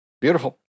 Beautiful